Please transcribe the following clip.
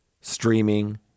streaming